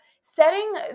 setting